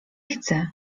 chcę